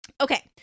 Okay